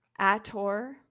Ator